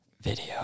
video